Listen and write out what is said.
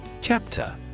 Chapter